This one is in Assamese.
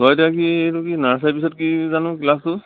হয় এতিয়া কি এইটো কি নাৰ্চাৰী পিছত কি জানো ক্লাছটো